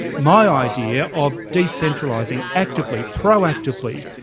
my idea of decentralising actively, proactively,